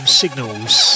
signals